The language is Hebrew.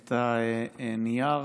את הנייר